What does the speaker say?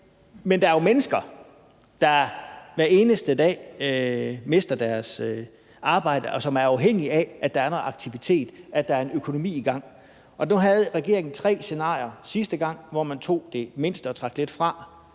men der er jo mennesker, der hver eneste dag mister deres arbejde, og som er afhængige af, at der noget aktivitet, og at økonomien er i gang. Nu havde regeringen sidste gang opstillet tre scenarier, og man tog det mindste og trak lidt fra,